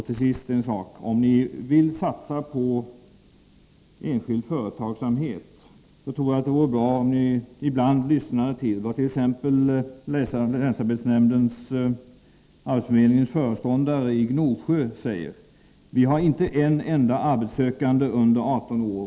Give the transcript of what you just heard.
Till sist ytterligare en sak: Om ni vill satsa på enskild företagsamhet tror jag att det vore bra om ni ibland lyssnade till vad t.ex. arbetsförmedlingens föreståndare i Gnosjö säger: ”Vi har inte en enda arbetssökande under 18 år.